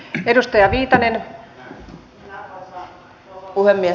arvoisa rouva puhemies